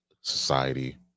society